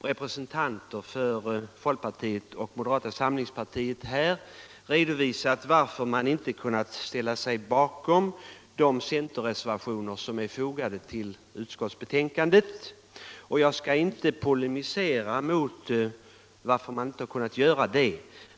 Representanter för folkpartiet och moderata samlingspartiet har redovisat varför man inte kunnat ställa sig bakom de centerreservationer som är fogade till utskottsbetänkandet. Jag skall inte polemisera mot att man inte kunnat göra det.